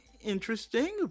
interesting